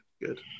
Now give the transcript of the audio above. good